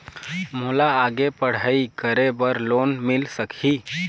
मोला आगे पढ़ई करे बर लोन मिल सकही?